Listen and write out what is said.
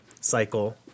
cycle